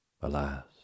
Alas